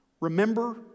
Remember